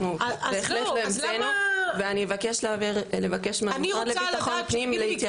אנחנו בהחלט לא המצאנו ואני אבקש מהמשרד לביטחון פנים להתייחס.